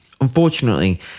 Unfortunately